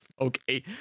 okay